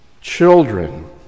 Children